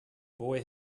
boy